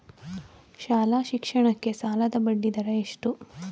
ಶಾಲಾ ಶಿಕ್ಷಣಕ್ಕೆ ಸಾಲದ ಬಡ್ಡಿದರ ಎಷ್ಟು?